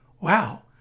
wow